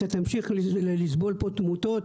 אתה תמשיך לסבול פה תמותות,